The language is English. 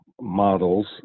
models